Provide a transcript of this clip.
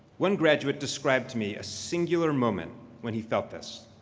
one graduate described to me a singular moment when he felt this,